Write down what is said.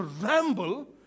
ramble